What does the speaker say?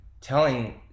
telling